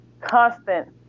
constant